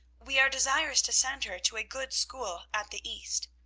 we are desirous to send her to a good school at the east.